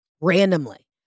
randomly